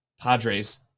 Padres